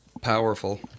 powerful